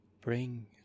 Bring